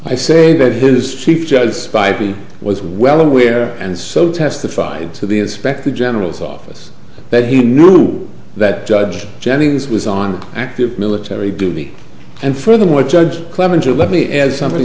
i say that his chief judge spikey was well aware and so testified to the inspector general's office that he knew that judge jennings was on active military duty and furthermore judge clement to let me as somebody